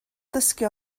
dysgu